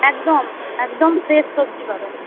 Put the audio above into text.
একদম একদম ফ্রেশ সবজি পাবেন